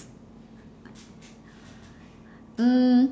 mm